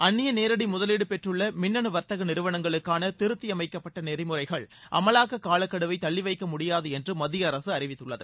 அந்நிய நேரடி முதலீடு பெற்றுள்ள மின்னனு வர்த்தக நிறுவனங்களுக்கான திருத்தியமைக்கப்பட்ட நெறிமுறைகள் அமலாக்க காலக்கெடுவை தள்ளி வைக்க முடியாது என்று மத்திய அரசு அறிவித்துள்ளது